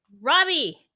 Robbie